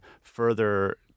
further